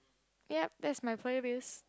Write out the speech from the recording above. yup that's my playlist